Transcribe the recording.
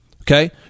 Okay